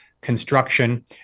construction